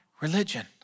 religion